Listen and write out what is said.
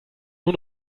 nur